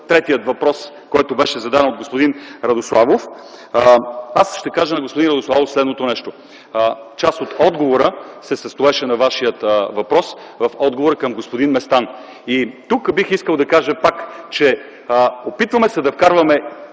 третия въпрос, който беше зададен от господин Радославов – аз ще кажа на господин Радославов следното нещо. Част от отговора се състоеше на Вашия въпрос в отговора към господин Местан. И тук бих искал да кажа пак – опитваме се да вкарваме